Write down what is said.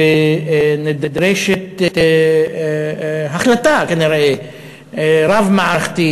וכנראה נדרשת החלטה רב-מערכתית,